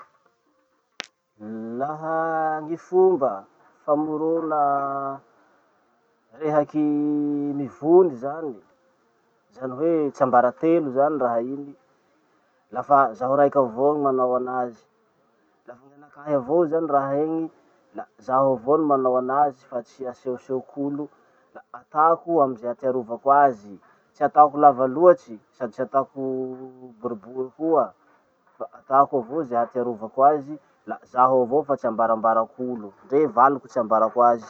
Laha gny fomba famorona rehaky mivony zany, zany hoe tsiambaratelo zany raha iny. Lafa zaho raiky avao gny manao anazy. Lafa anakahy avao zany raha iny, la zaho avao no manao anazy fa tsy asehosehok'olo. La atako amy ze ahatiarovako azy, tsy atako lava loatsy sady tsy atako boribory koa fa atako avao ze ahatiarovako azy, la zaho avao fa tsy ambarambarako olo. Ndre valiko tsy ambarako azy.